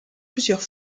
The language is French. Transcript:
plusieurs